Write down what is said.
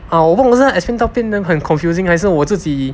ah 我不懂是他 explain 到变得很 confusing 还是我自己